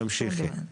תמשיכי.